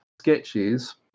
sketches